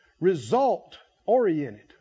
result-oriented